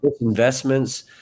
investments